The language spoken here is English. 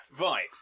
Right